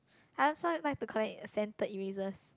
I also like like to collect scented erasers